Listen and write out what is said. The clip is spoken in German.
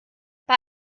bei